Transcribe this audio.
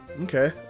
okay